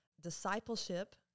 Discipleship